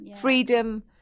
freedom